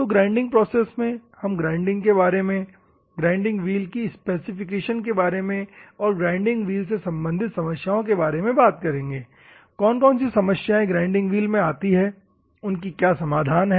तो grinding process में हम ग्राइंडिंग के बारे में ग्राइंडिंग व्हील की स्पेसिफिकेशन के बारे में और ग्राइंडिंग व्हील से संबंधित समस्याओं के बारे में बात करेंगे कौन कौन सी समस्याएं ग्राइंडिंग व्हील में आती है और उनकी क्या समाधान है